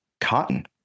cotton